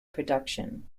production